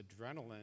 adrenaline